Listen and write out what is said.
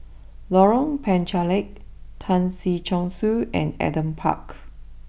Lorong Penchalak Tan Si Chong Su and Adam Park